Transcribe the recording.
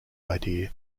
idea